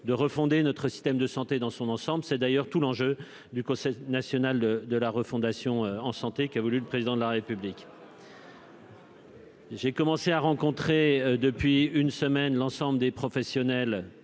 de refonder notre système de santé dans son ensemble, c'est d'ailleurs tout l'enjeu du Conseil national de la refondation en santé, qui a voulu le président de la République. J'ai commencé à rencontrer depuis une semaine, l'ensemble des professionnels